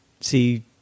see